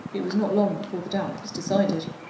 it was not long before the doubt was decided.